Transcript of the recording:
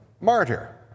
Martyr